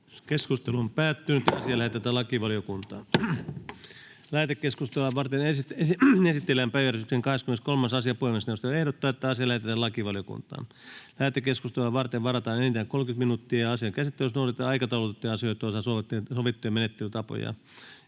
lain 9 a §:n muuttamisesta Time: N/A Content: Lähetekeskustelua varten esitellään päiväjärjestyksen 23. asia. Puhemiesneuvosto ehdottaa, että asia lähetetään lakivaliokuntaan. Lähetekeskustelua varten varataan enintään 30 minuuttia. Asian käsittelyssä noudatetaan aikataulutettujen asioitten osalta sovittuja menettelytapoja.